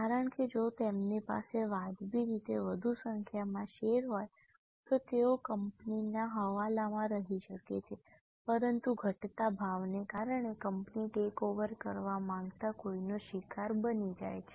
કારણ કે જો તેમની પાસે વાજબી રીતે વધુ સંખ્યામાં શેર હોય તો તેઓ કંપનીના હવાલામાં રહી શકે છે પરંતુ ઘટતા ભાવને કારણે કંપની ટેકઓવર કરવા માંગતા કોઈનો શિકાર બની જાય છે